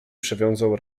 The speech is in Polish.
przewiązał